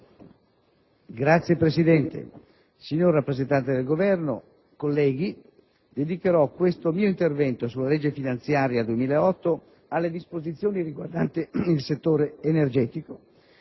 Signor Presidente, signor rappresentante del Governo, colleghi, dedicherò questo mio intervento sulla legge finanziaria 2008 alle disposizioni riguardanti il settore energetico,